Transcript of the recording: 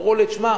אמרו לי: תשמע,